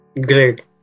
great